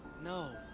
No